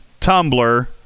Tumblr